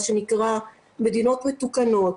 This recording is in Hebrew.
מה שנקרא מדינות מתוקנות,